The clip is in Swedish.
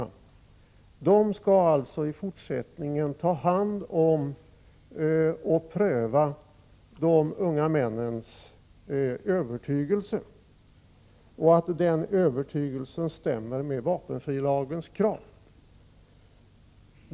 Dessa skall alltså i fortsättningen ta hand om detta och pröva de unga männens övertygelse, och att den övertygelsen stämmer med vapenfrilagens krav.